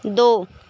दो